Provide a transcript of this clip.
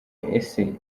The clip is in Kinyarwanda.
ese